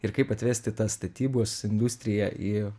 ir kaip atvesti tą statybos industriją į